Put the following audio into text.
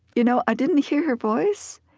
you know i didn't hear her voice,